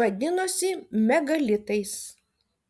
vadinosi megalitais